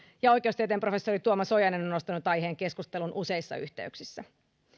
ja oikeustieteen professori tuomas ojanen on nostanut aiheen keskusteluun useissa yhteyksissä